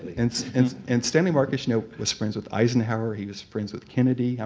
and so and and stanley marcus you know was friends with eisenhower. he was friends with kennedy. i